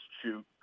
shoot